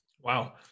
Wow